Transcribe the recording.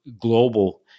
global